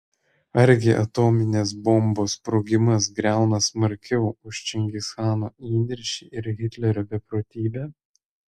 argi atominės bombos sprogimas griauna smarkiau už čingischano įniršį ir hitlerio beprotybę